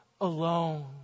alone